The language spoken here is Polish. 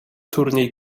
turniej